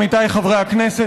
עמיתיי חברי הכנסת,